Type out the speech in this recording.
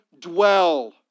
dwell